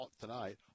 tonight